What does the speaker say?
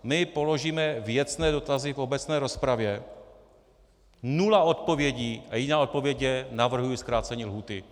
My položíme věcné dotazy v obecné rozpravě, nula odpovědí a jediná odpověď je: navrhuji zkrácení lhůty.